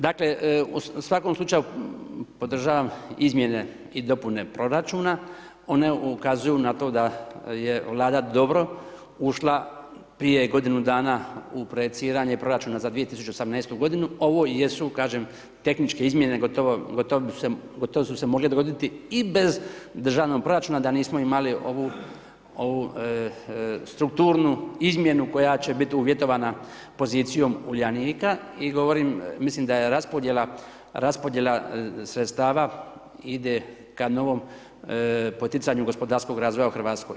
Dakle, u svakom slučaju podržavam izmjene i dopune proračuna, one ukazuju na to da je Vlada dobro ušla prije godinu dana u projiciranje proračuna za 2018. g., ovo jesu kažem, tehničke izmjene, gotovo su se mogle dogoditi i bez državnog proračuna da nismo imali ovu strukturnu izmjenu koja će biti uvjetovana pozicijom Uljanika i govorim, mislim da raspodjela sredstva ide ka novom poticanju gospodarskom razvoja u Hrvatskoj.